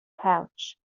pouch